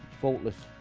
faultless.